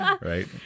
Right